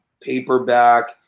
paperback